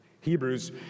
Hebrews